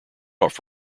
off